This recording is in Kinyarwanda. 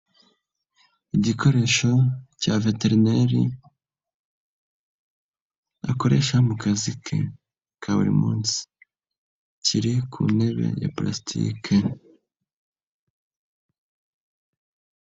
Igikoresho cya veterineri akoresha mu kazi ke ka buri munsi kiri ku ntebe ya pulasitike.